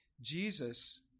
Jesus